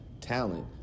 talent